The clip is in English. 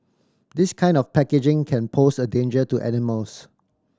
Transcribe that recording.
this kind of packaging can pose a danger to animals